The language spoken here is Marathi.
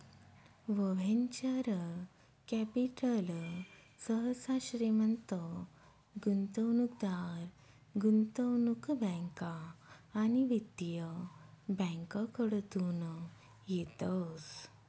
वव्हेंचर कॅपिटल सहसा श्रीमंत गुंतवणूकदार, गुंतवणूक बँका आणि वित्तीय बँकाकडतून येतस